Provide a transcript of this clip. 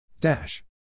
dash